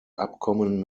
abkommen